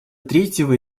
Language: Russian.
третьего